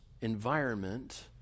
environment